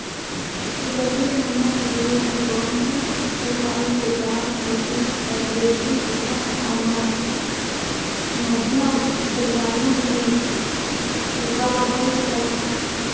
रजनीगंधा एगो शीतोष्ण जलवायु के गाछ होबा हय, लेकिन पूरा साल मध्यम जलवायु मे उगावल जा हय